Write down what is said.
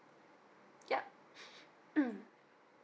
yup